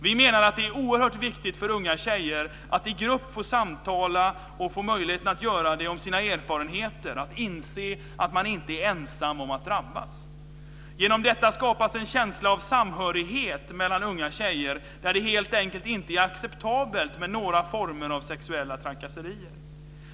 Vi menar att det är oerhört viktigt för unga tjejer att i grupp få samtala om sina erfarenheter och inse att man inte är ensam om att drabbas. Genom detta skapas en känsla av samhörighet mellan unga tjejer där det helt enkelt inte är acceptabelt med några former av sexuella trakasserier.